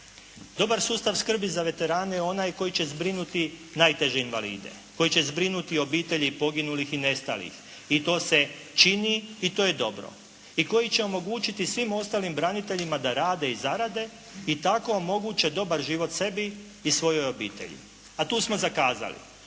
Dobar sustav skrbi za veterane onaj koji će zbrinuti najteže invalide, koji će zbrinuti obitelji poginulih i nestalih i to se čini i to je dobro. I koji će omogućiti svim ostalim braniteljima da rade i zarade i tako omoguće dobar život sebi i svojoj obitelji, a tu smo zakazali.